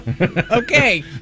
okay